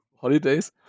holidays